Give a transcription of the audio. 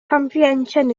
comprehension